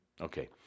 Okay